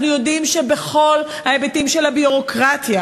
אנחנו יודעים שבכל ההיבטים של הביורוקרטיה